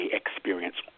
experience